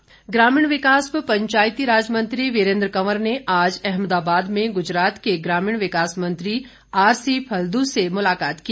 वीरेन्द्र कंवर ग्रामीण विकास व पंचायतीराज मंत्री वीरेन्द्र कंवर ने आज अहमदाबाद में गुजरात के ग्रमीण विकास मंत्री आरसीफलदू से मुलाकात की